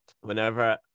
whenever